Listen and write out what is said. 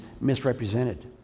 misrepresented